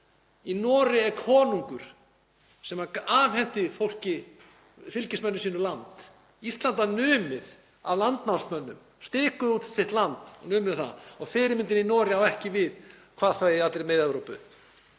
Í Noregi er konungur sem afhenti fylgismönnum sínum land. Ísland var numið af landnámsmönnum, þeir stikuðu út sitt land og námu það og fyrirmyndin í Noregi á ekki við, hvað þá í Mið-Evrópu.